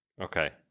Okay